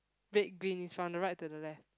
red green is from the right to the left